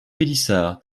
pélissard